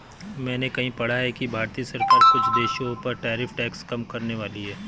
मैंने कहीं पढ़ा है कि भारतीय सरकार कुछ देशों पर टैरिफ टैक्स कम करनेवाली है